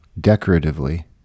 decoratively